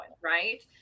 right